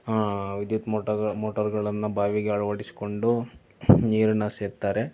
ವಿದ್ಯುತ್ ಮೋಟಾ ಮೋಟಾರ್ಗಳನ್ನು ಬಾವಿಗೆ ಅಳವಡಿಸಿಕೊಂಡು ನೀರನ್ನು ಸೇದ್ತಾರೆ